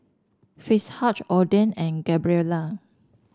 Fitzhugh Ogden and Gabriela